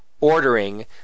ordering